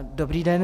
Dobrý den.